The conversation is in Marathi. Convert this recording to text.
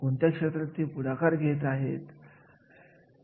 त्यावर अवलंबून पुढील कार्य असते